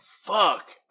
fuck